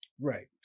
Right